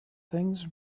things